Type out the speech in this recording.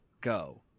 go